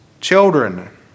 children